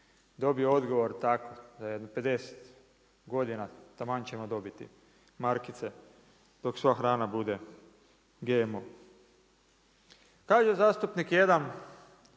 dobije odgovor tako, za jedno 50 godina, taman ćemo dobiti markice dok sva hrana bude GMO. Kaže zastupnik